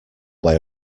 way